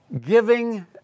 giving